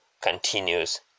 continues